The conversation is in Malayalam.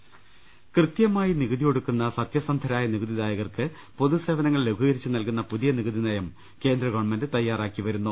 ് കൃത്യമായി നികുതി ഒടുക്കുന്ന സത്യസന്ധരായ നികുതിദായകർക്ക് പൊതുസേവനങ്ങൾ ലഘൂകരിച്ചു നൽകുന്ന പുതിയ നികുതിനയം കേന്ദ്ര ഗവൺമെന്റ് തയ്യാറാക്കി വരുന്നു